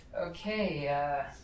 Okay